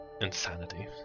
insanity